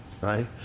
right